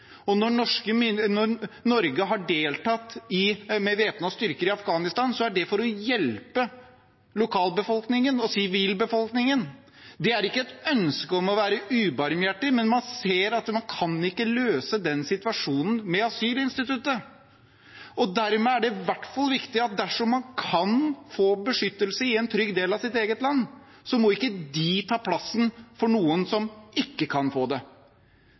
Når Norge har deltatt med væpnede styrker i Afghanistan, er det for å hjelpe lokal- og sivilbefolkningen. Det er ikke et ønske om å være ubarmhjertig, men man ser at man kan ikke løse denne situasjonen med asylinstituttet. Da er det i hvert fall viktig at dersom man kan få beskyttelse i en trygg del av sitt eget land, må man ikke ta plassen fra noen som ikke kan få det.